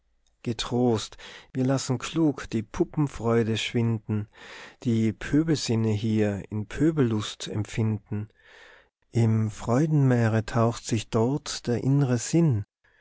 getrost wir lassen klug die puppenfreude schwinden die pöbelsinne hier in pöbellust empfinden im freudenmeere rauscht sich dort der innre sinn